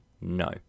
no